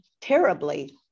terribly